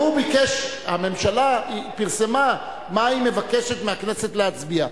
הממשלה פרסמה מה היא מבקשת מהכנסת להצביע.